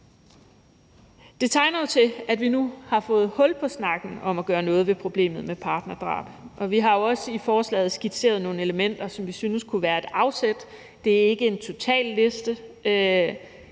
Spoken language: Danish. Det tegner jo til, at vi nu har fået hul på snakken om at gøre noget ved problemet med partnerdrab, og vi har jo også i forslaget skitseret nogle elementer, som vi synes kunne være et afsæt. Det er ikke en total liste.